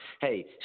Hey